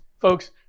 folks